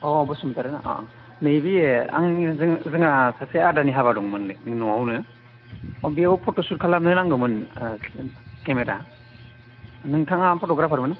अह बसुमतारी ना आह आह नैबे आंनिनो जों जोंहा सासे आदानि हाबा दंमोन न'आवनो अह बेयाव फट'सुट खालामनो नांगौमोन केमेरा नोंथाङा फट'ग्राफारमोन